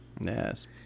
Yes